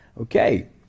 Okay